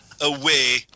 away